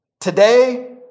Today